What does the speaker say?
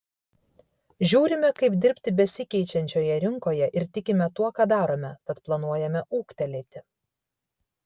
žiūrime kaip dirbti besikeičiančioje rinkoje ir tikime tuo ką darome tad planuojame ūgtelėti